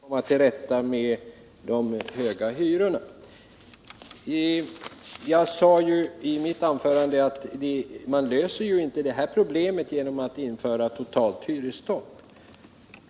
Herr talman! Lars Werner frågade mig vilka åtgärder vi skulle vilja föreslå för att komma till rätta med de höga hyrorna. Jag sade i mitt anförande att man inte löser detta problem genom att införa ett totalt hyresstopp.